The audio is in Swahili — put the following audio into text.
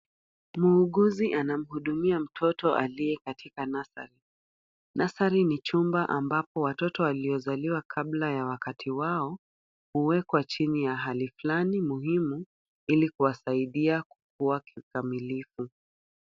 Muuguzi amamhudumia mtoto aliye katika nasari . Nasari ni chumba ambapo watoto walio wakiwa kabla ya wakati wao, huwekwa chini ya hali flani muhimu, ili kuwasaidia kuwa kikamilifu.